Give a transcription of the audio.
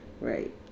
Right